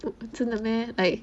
真的 meh like